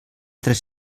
tres